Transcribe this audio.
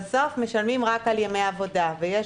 בסוף משלמים רק על ימי עבודה ויש